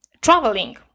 traveling